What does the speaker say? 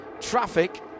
traffic